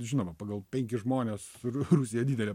žinoma pagal penkis žmones ru rusija didelė